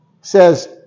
says